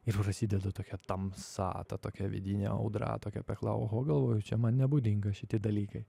ir prasideda tokia tamsa ta tokia vidinė audra tokia pekla oho galvoju čia man nebūdinga šitie dalykai